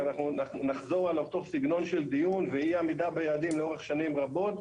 אנחנו נחזור על אותו סגנון של דיון ואי עמידה ביעדים לאורך שנים רבות,